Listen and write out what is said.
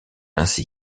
ainsi